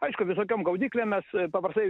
aišku visokiom gaudyklėm mes paprastai